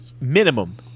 minimum